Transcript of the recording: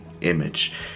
image